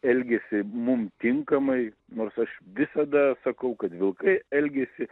elgiasi mum tinkamai nors aš visada sakau kad vilkai elgiasi